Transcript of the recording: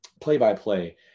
play-by-play